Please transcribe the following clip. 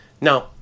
Now